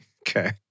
Okay